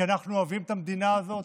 כי אנחנו אוהבים את המדינה הזאת.